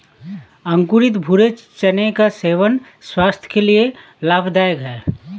अंकुरित भूरे चने का सेवन स्वास्थय के लिए लाभदायक है